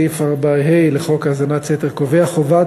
סעיף 4(ה) לחוק האזנת סתר קובע חובת